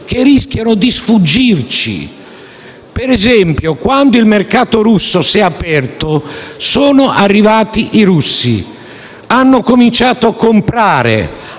Grazie,